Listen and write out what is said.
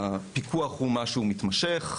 הפיקוח הוא משהו מתמשך.